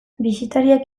bisitariek